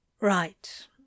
Right